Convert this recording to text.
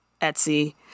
Etsy